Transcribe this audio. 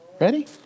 Ready